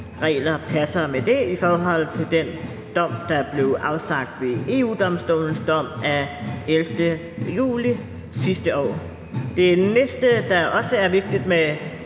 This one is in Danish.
regler passer med det i forhold til den dom, der blev afsagt ved EU-Domstolen, dom af 11. juli sidste år. Det næste, der også er vigtigt med